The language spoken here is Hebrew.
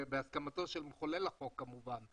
בהסכמתו של מחולל החוק כמובן.